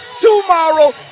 tomorrow